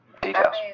Details